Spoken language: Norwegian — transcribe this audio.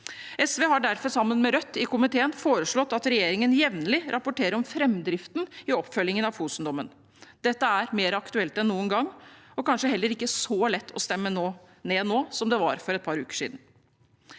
SV har derfor sammen med Rødt i komiteen foreslått at regjeringen jevnlig rapporterer om framdriften i oppfølgingen av Fosen-dommen. Dette er mer aktuelt enn noen gang og kanskje heller ikke så lett å stemme ned nå som det var for et par uker siden.